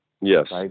Yes